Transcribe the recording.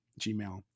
Gmail